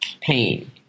pain